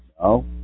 No